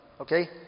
Okay